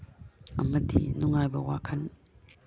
ꯑꯃꯗꯤ ꯅꯨꯡꯉꯥꯏꯕ ꯋꯥꯈꯟ